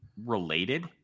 related